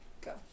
Go